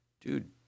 Dude